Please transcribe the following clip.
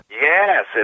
Yes